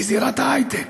בזירות ההייטק,